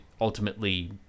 ultimately